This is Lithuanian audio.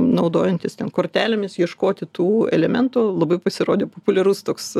naudojantis kortelėmis ieškoti tų elementų labai pasirodė populiarus toks